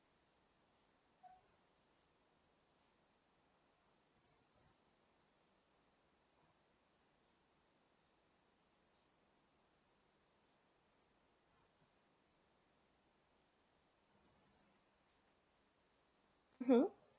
hmm